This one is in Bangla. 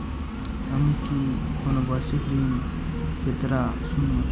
আমি কি কোন বাষিক ঋন পেতরাশুনা?